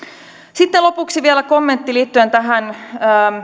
sitten lopuksi vielä kommentti liittyen tähän